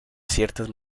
ciertas